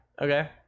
Okay